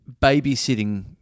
babysitting